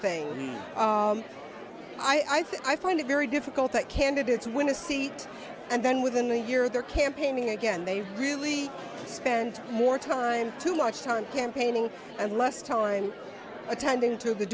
thing i think i find it very difficult that candidates win a seat and then within a year they're campaigning again they really spent more time too much time campaigning and less time attending t